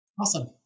Awesome